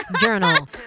journal